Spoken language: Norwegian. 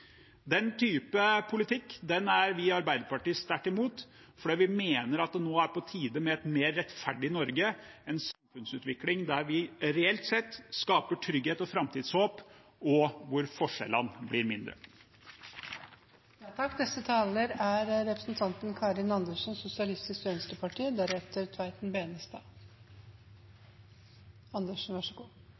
Den type politikk er vi i Arbeiderpartiet sterkt imot, fordi vi mener at det nå er på tide med et mer rettferdig Norge og en samfunnsutvikling der vi reelt sett skaper trygghet og framtidshåp og hvor forskjellene blir mindre. Representanten Sandtrøen tar opp prosentregningens forbannelse, og det er